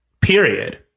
period